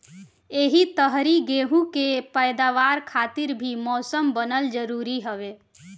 एही तरही गेंहू के पैदावार खातिर भी मौसम बनल जरुरी हवे